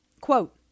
Quote